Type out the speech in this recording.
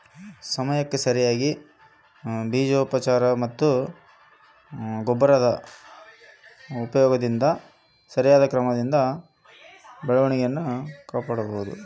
ಶೇಂಗಾ ಬೆಳೆಯಲ್ಲಿ ಬೆಳವಣಿಗೆ ಕುಂಠಿತವಾಗದಂತೆ ಕಾಪಾಡಲು ಏನು ಮಾಡಬೇಕು?